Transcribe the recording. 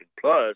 plus